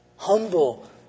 humble